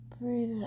breathe